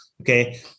Okay